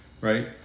right